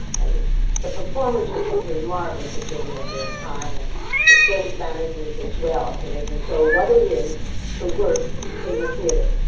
and the performers are simply marvelous in giving of their time, and the stage managers as well, so they can show what it is to work in the theatre.